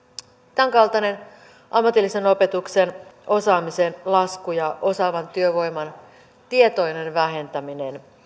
tämänkaltainen ammatillisen opetuksen osaamisen lasku ja osaavan työvoiman tietoinen vähentäminen